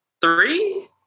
three